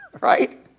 right